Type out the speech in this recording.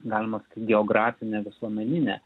galima sk geografinė visuomeninė